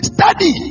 Study